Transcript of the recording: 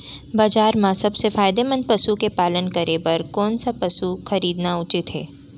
बजार म सबसे फायदामंद पसु के पालन करे बर कोन स पसु खरीदना उचित हे?